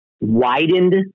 widened